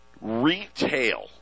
retail